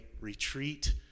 retreat